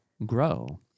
grow